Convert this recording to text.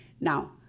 Now